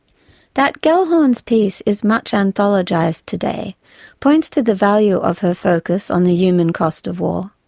that gellhorn's piece is much anthologised today points to the value of her focus on the human cost of war.